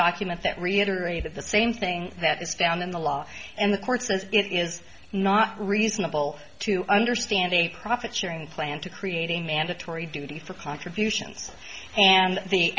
document that reiterated the same thing that is down in the law and the court says it is not reasonable to understanding a profit sharing plan to creating mandatory duty for contributions and the